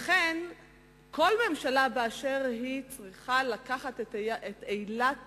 לכן כל ממשלה באשר היא צריכה לקחת את אילת